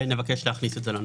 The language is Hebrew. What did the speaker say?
נבקש להכניס את זה לנוסח.